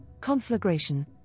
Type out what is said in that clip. conflagration